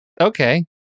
Okay